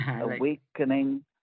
awakening